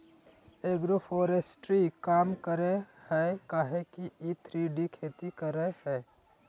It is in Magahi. एग्रोफोरेस्ट्री काम करेय हइ काहे कि इ थ्री डी में खेती करेय हइ